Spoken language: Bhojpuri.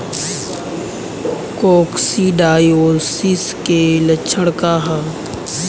कोक्सीडायोसिस के लक्षण का ह?